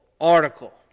article